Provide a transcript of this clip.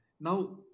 Now